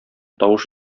тавыш